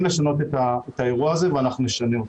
לשנות את האירוע הזה ואנחנו נשנה אותו.